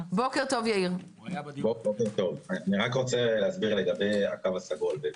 אני רק רוצה להסביר לגבי הקו הסגול.